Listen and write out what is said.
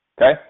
okay